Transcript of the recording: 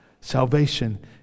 Salvation